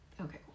Okay